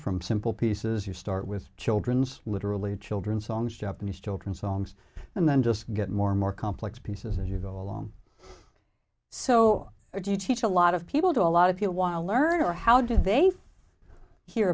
from simple pieces you start with children's literally children songs japanese children's songs and then just get more and more complex pieces as you go along so you teach a lot of people to a lot of people while learning or how do they